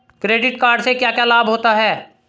Credit card से क्या क्या लाभ होता है?